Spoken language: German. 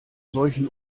solchen